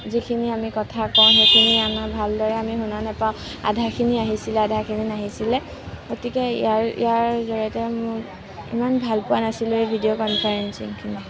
যিখিনি আমি কথা কওঁ সেইখিনি আমাৰ ভালদৰে আমি শুনা নাপাওঁ আধাখিনি আহিছিলে আধাখিনি নাহিছিলে গতিকে ইয়াৰ ইয়াৰ জৰিয়তে মই ইমান ভাল পোৱা নাছিলোঁ এই ভিডিও কনফাৰেন্সিঙখিনি